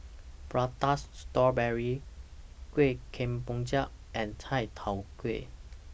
Prata Strawberry Kuih Kemboja and Chai Tow Kuay